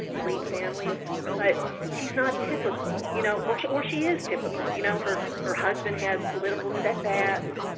elite families but she's not typical you know or or she is typical. you know her her husband has political setbacks,